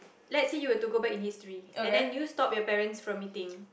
let's say you were to go back in history and then you stop your parents from meeting